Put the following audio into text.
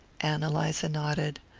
ann eliza nodded.